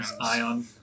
Ion